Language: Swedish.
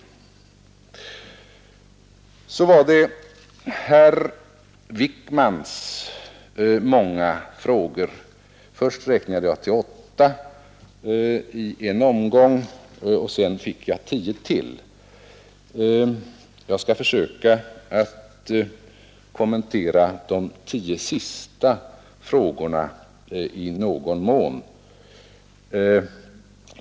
Ang. undervisningen Så var det herr Wijkmans många frågor. Jag räknade först till åtta i en Vid universiteten omgång, och sedan fick jag tio till. Jag skall försöka att i någon mån kommentera de tio sista frågorna.